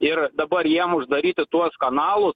ir dabar jiem uždaryti tuos kanalus